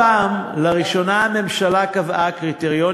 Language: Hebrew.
הפעם, לראשונה, "אני